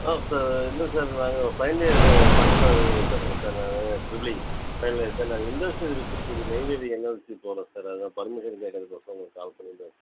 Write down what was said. ஆ sir இல்லை sir நாங்கள் final year Palanisamy பேசுகிறேன் சார் நான் ட்ரிபிள்இ ஃபைனல் இயர் சார் நாங்கள் இன்டஸ்ட்ரியல் விசிட்க்கு நெய்வேலி என்எல்சி போகறோம் அதான் பர்மிஷன் கேட்கறதுக்கு ஒசரம் உங்களுக்கு கால் பண்ணிருந்தேன் சார்